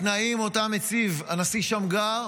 התנאים אותם הציב הנשיא שמגר,